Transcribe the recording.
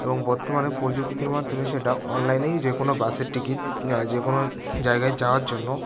এবং বর্তমানে প্রযুক্তির মাধ্যমে সেটা অনলাইনেই যে কোনো বাসের টিকিট যে কোনো জায়গায় যাওয়ার জন্য